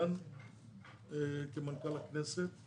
מצוין כמנכ"ל הכנסת.